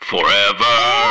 Forever